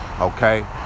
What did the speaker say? okay